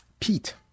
Pete